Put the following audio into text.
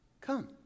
Come